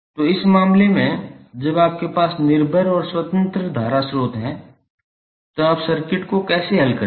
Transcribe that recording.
तो इस मामले में जब आपके पास निर्भर और स्वतंत्र धारा स्रोत है तो आप सर्किट को कैसे हल करेंगे